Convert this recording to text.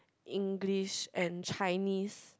English and Chinese